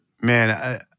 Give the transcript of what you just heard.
Man